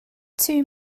two